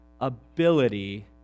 ability